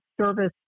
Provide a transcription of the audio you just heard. service